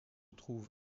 trouve